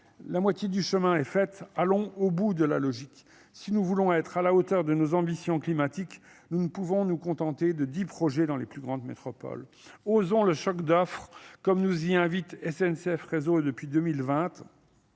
La moitié du chemin est faite allons au bout de la logique si nous voulons être à la hauteur de nos ambitions climatiques nous ne pouvons nous contenter de dix projets dans les plus grandes métropoles osons le choc d'offre comme nous y invite s n c f réseaux depuis deux